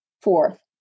fourth